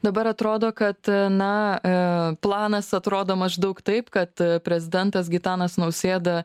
dabar atrodo kad na planas atrodo maždaug taip kad prezidentas gitanas nausėda